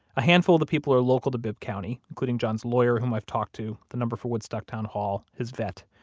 a handful of the people are local to bibb county, including john's lawyer, whom i've talked to, the number for woodstock town hall, his vet.